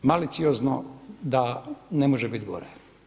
Maliciozno da ne može biti gore.